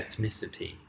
ethnicity